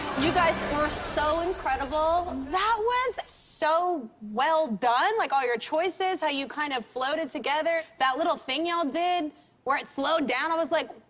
guys were so incredible. that was so well done. like, all your choices, how you kind of floated together. that little thing y'all did where it slowed down, i was like,